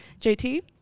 JT